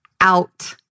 out